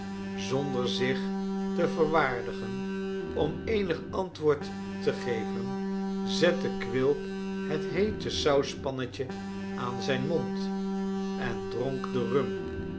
zonder zich te verwaardigen om eenig antwoord te geven zette quilp het heete sauspannetje aan zijn mond en dronk den rum